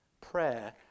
Prayer